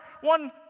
one